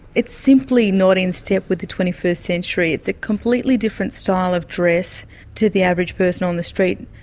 it's simply not in step with the twenty first century, it's a completely different style of dress to the average person on the street,